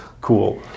cool